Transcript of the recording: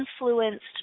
influenced